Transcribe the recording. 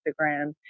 Instagram